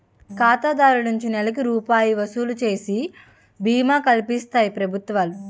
ఖాతాదారు నుంచి నెలకి రూపాయి వసూలు చేసి బీమా కల్పిస్తాయి ప్రభుత్వాలు